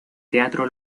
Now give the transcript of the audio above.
teatro